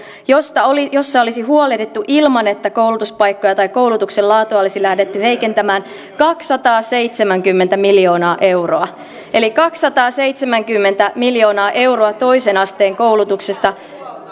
josta olisi huolehdittu ilman että koulutuspaikkoja tai koulutuksen laatua olisi lähdetty heikentämään kaksisataaseitsemänkymmentä miljoonaa euroa eli kaksisataaseitsemänkymmentä miljoonaa euroa toisen asteen koulutuksesta